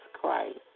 Christ